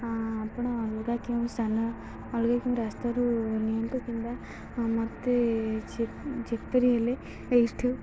ଆପଣ ଅଲଗା କେଉଁ ସ୍ଥାନ ଅଲଗା କେଉଁ ରାସ୍ତାରୁ ନିଅନ୍ତୁ କିମ୍ବା ମୋତେ ଯେପରି ହେଲେ ଏଇଠୁ